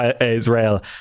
Israel